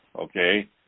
okay